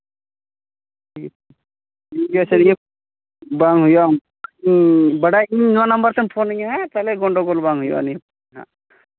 ᱴᱷᱤᱠ ᱟᱪᱷᱮ ᱤᱭᱟᱹ ᱵᱟᱝ ᱦᱩᱭᱩᱜᱼᱟ ᱵᱟᱰᱟᱭ ᱠᱟᱹᱱᱟᱹᱧ ᱱᱚᱣᱟ ᱱᱟᱢᱵᱟᱨ ᱛᱮᱢ ᱯᱷᱳᱱᱤᱧᱟᱹ ᱦᱮᱸ ᱛᱟᱦᱞᱮ ᱜᱚᱱᱰᱳᱜᱳᱞ ᱵᱟᱝ ᱦᱩᱭᱩᱜᱼᱟ ᱱᱤᱭᱟᱹ ᱦᱟᱸᱜ